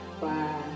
bye